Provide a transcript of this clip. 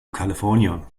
california